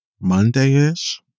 Monday-ish